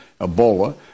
Ebola